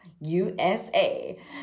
USA